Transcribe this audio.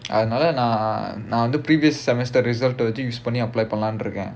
அது நாலா நான்:athu naala naan previous semester result வெச்சி:vechi apply பண்ணலாம்னு இருக்கான்:pannalaamnu irukkaan